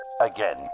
again